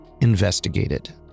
investigated